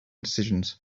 decisions